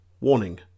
Warning